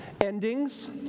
Endings